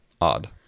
odd